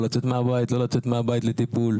לצאת מהבית או לא לצאת מהבית לטיפול.